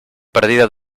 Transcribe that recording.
perdida